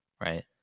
Right